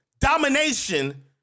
domination